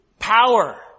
Power